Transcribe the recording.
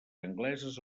angleses